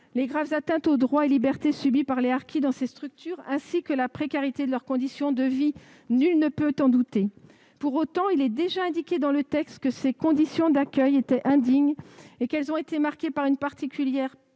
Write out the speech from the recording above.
les graves atteintes aux droits et libertés subies par les harkis dans ces structures ainsi que la précarité de leurs conditions de vie. Nul ne peut en douter. Toutefois, le présent texte indique déjà que les conditions d'accueil étaient indignes, qu'elles ont été marquées par une précarité